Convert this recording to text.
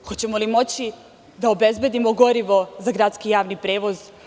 Hoćemo li moći da obezbedimo gorivo za gradski javni prevoz?